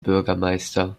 bürgermeister